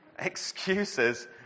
excuses